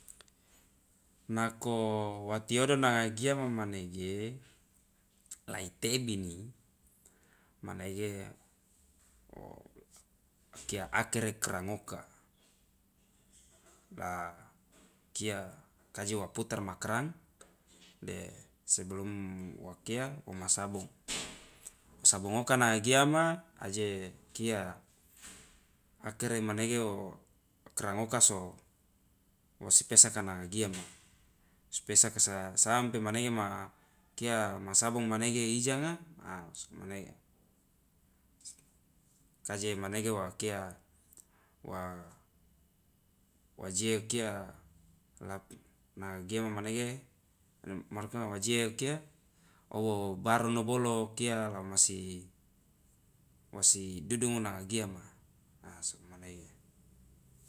Nako wa tiodo nanga giama manege lai tebini manege wo akere krang oka la kia kaje wa putar ma krang de sebelum wa kia woma sabong woma sabong oka nanga giama aje kia akere manege wo krang oka so wos pesaka nanga giama wos pesaka sampe manege ma kia ma sabong manege iijanga a sokomanege kaje manege wa kia wa waje kia lap nanga giama manege maruka wa je okia o barono bolo kia la womasi masi nanga giama a sokomanege.